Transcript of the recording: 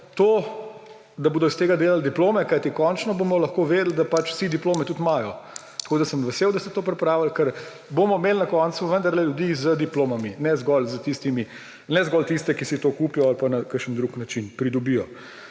To, da bodo iz tega delali diplome, kajti končno bomo lahko vedeli, da pač vsi diplome tudi imajo, sem vesel, da ste to pripravili, ker bomo imeli na koncu vendarle ljudi z diplomami; ne zgolj tiste, ki si to kupijo ali pa na kakšen drug način pridobijo.